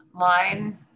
line